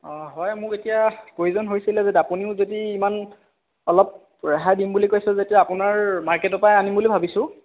হয় মোক এতিয়া প্ৰয়োজন হৈছিলে আপুনিও যদি ইমান অলপ ৰেহাই দিম বুলি কৈছে যেতিয়া আপোনাৰ মাৰ্কেটৰ পৰাই আনিম বুলি ভাবিছোঁ